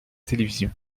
télévision